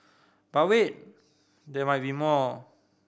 but wait there might be more